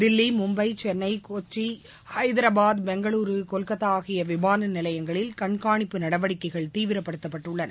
தில்லி மும்பை சென்னை கொச்சி ஐதாரபாத் பெங்களுரு கொல்கத்தாஆகியவிமானநிலையங்களில் கண்காணிப்பு நடவடிக்கைகள் தீவிரப்படுத்தப்பட்டுள்ளன